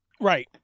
Right